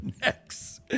next